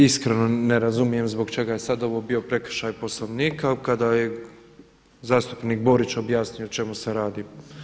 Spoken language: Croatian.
Iskreno, ne razumijem zbog čega je ovo sada bio prekršaj Poslovnika, kada je zastupnik Borić objasnio o čemu se radi.